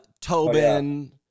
Tobin